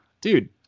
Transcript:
dude